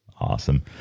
awesome